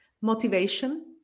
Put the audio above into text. Motivation